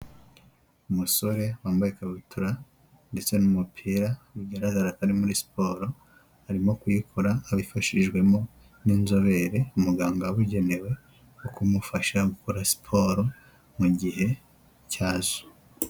Umusore wambaye ikabutura ndetse n'umupira, bigaragara ko ari muri siporo, arimo kuyikora abifashijwemo n'inzobere, umuganga wabugenewe wo kumufasha gukora siporo mu gihe cyazo.